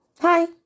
hi